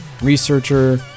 researcher